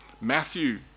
Matthew